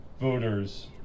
voters